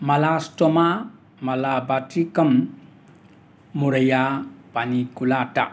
ꯃꯦꯂꯥꯁꯇꯣꯃꯥ ꯃꯂꯥꯕꯇꯤꯀꯝ ꯃꯨꯔꯩꯌꯥ ꯄꯥꯏꯅꯤꯀꯨꯂꯥꯇꯥ